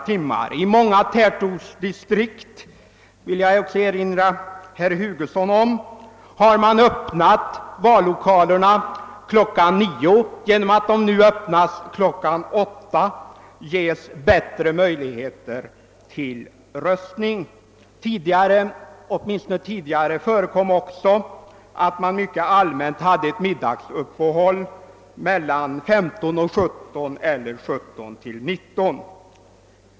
Jag vill erinra herr Hugosson om att man i många tätortsdistrikt i vanliga fall öppnar vallokalerna kl. 9. Genom att de nu obligatoriskt kommer att öppnas kl. 8 ges bättre möjligheter till röstningsdeltagande. Åtminstone tidigare förekom det ett middagsuppehåll mellan kl. 15 och 17 eller kl. 17 och 19.